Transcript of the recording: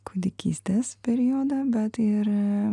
kūdikystės periodą bet ir